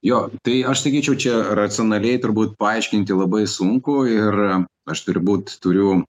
jo tai aš sakyčiau čia racionaliai turbūt paaiškinti labai sunku ir aš turbūt turiu